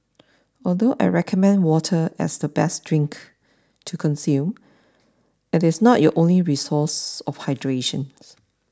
although I recommend water as the best drink to consume it is not your only resource of hydration